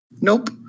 Nope